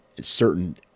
certain